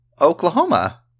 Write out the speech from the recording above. Oklahoma